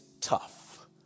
tough